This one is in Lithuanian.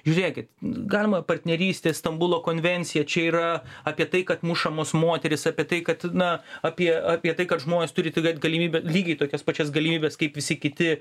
žiūrėkit galima partnerystės stambulo konvenciją čia yra apie tai kad mušamos moterys apie tai kad na apie apie tai kad žmonės turi turėt galimybę lygiai tokias pačias galimybes kaip visi kiti